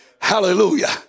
Hallelujah